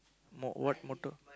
more what motor